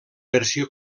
versió